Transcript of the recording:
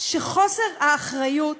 שחוסר האחריות